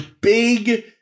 big